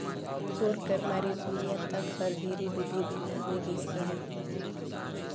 bore कर मारे भुईया तक हर ढेरे बेधे बेंधा होए गइस अहे